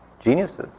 geniuses